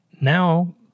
Now